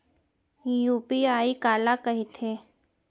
UPI काला कहिथे?